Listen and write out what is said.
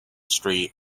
street